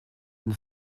dans